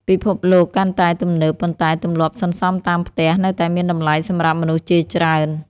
ពិភពលោកកាន់តែទំនើប ប៉ុន្តែទម្លាប់សន្សំតាមផ្ទះនៅតែមានតម្លៃសម្រាប់មនុស្សជាច្រើន។